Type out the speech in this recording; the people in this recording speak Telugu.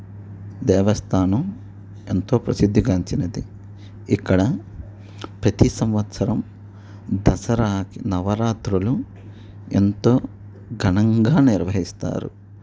దేవస్థానం ఎంతో ప్రసిద్ధిగాంచినది ఇక్కడ ప్రతీ సంవత్సరం దసరాకి నవరాత్రులు ఎంతో ఘనంగా నిర్వహిస్తారు